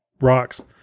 rocks